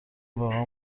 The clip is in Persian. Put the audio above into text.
واقعا